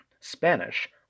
Spanish